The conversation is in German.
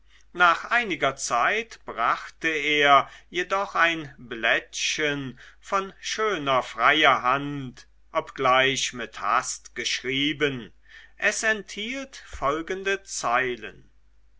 nach einiger zeit brachte er jedoch ein blättchen von schöner freier hand obgleich mit hast geschrieben es enthielt folgende zeilen